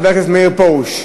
חבר הכנסת מאיר פרוש,